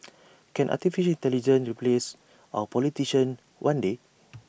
can Artificial Intelligence replace our politicians one day